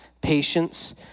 patience